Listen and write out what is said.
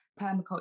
permaculture